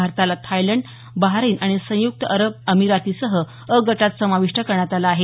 भारताला Thailand Bahrain आणि संयुक्त अरब अमिरातीसह अ गटात समाविष्ट करण्यात आलं आहे